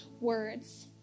words